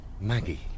Maggie